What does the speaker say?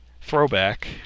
throwback